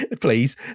please